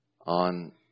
on